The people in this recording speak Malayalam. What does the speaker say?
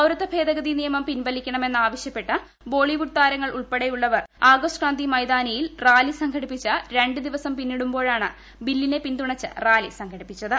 പൌരത്വ ഭേദഗതി നിയമം പിൻവലിക്കണമെന്ന് ആവശൃപ്പെട്ട് ബോളിവുഡ് താരങ്ങൾ ഉൾപ്പെടെയുള്ളവർ ആഗസ്റ്റ് ക്രാന്തി മൈതാനിയിൽ റാലി സംഘടിപ്പിച്ച് രണ്ട് ദിവസം പിന്നിടുമ്പോഴാണ് ബില്ലിനെ പിന്തുണച്ച് റാലി സംഘടിപ്പിച്ചത്